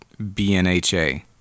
BNHA